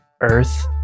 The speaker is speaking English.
earth